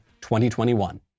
2021